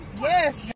Yes